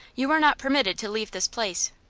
you are not permitted to leave this place.